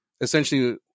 essentially –